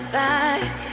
back